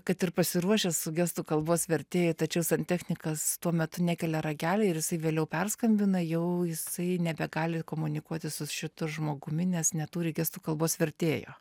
kad ir pasiruošęs su gestų kalbos vertėja tačiau santechnikas tuo metu nekelia ragelio ir jisai vėliau perskambina jau jisai nebegali komunikuoti su šitu žmogumi nes neturi gestų kalbos vertėjo